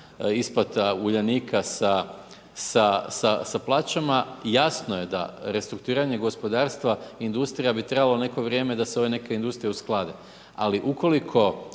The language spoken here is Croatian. isplata Uljanika sa plaćama, jasno je da restrukturiranje gospodarstva, industrija bi trebalo neko vrijeme da se ove neke industrije usklade ali ukoliko